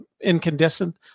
incandescent